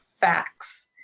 facts